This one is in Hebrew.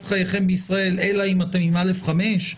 למרכז חייהם בישראל אלא אם אתם באשרה א/5?